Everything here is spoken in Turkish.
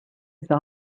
ise